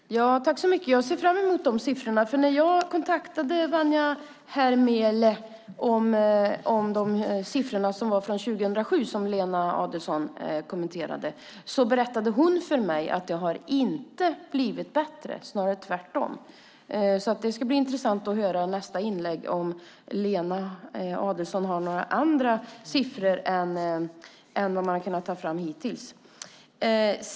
Herr talman! Tack så mycket! Jag ser fram emot de siffrorna, för när jag kontaktade Vanja Hermele om siffrorna som var från 2007 som Lena Adelsohn Liljeroth kommenterade berättade hon för mig att det inte har blivit bättre, snarare tvärtom. Det ska alltså bli intressant att höra i nästa inlägg om Lena Adelsohn Liljeroth har några andra siffror än vad man har kunnat ta fram hittills.